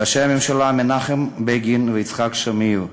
ראשי הממשלה מנחם בגין ויצחק שמיר,